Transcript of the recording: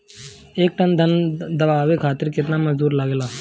एक टन धान दवावे खातीर केतना मजदुर लागेला?